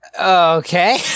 Okay